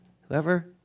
whoever